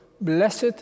Blessed